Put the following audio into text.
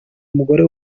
umugore